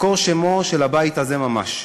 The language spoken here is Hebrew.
מקור שמו של הבית הזה ממש,